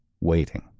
waiting